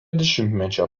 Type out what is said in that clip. dešimtmečio